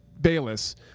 Bayless